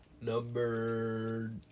Number